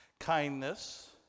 Kindness